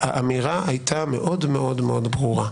והאמירה הייתה מאוד מאוד ברורה: